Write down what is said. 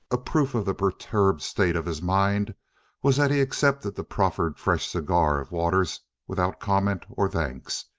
a proof of the perturbed state of his mind was that he accepted the proffered fresh cigar of waters without comment or thanks.